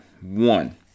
One